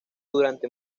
durante